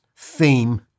theme